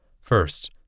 First